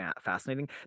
fascinating